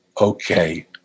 okay